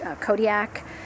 Kodiak